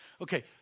Okay